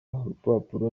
urupapuro